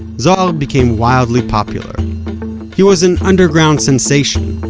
zohar became wildly popular he was an underground sensation,